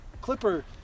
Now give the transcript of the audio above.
Clipper